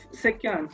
Second